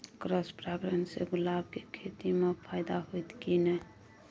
Cross परागण से गुलाब के खेती म फायदा होयत की नय?